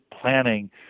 planning